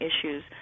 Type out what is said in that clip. issues